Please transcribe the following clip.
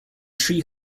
tree